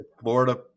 Florida